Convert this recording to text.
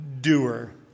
doer